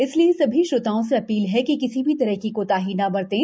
इसलिए सभी श्रोताओं से अपील है कि किसी भी तरह की कोताही न बरतें